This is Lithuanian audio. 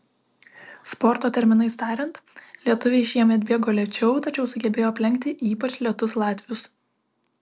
sporto terminais tariant lietuviai šiemet bėgo lėčiau tačiau sugebėjo aplenkti ypač lėtus latvius